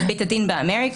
בית הדין באמריקה,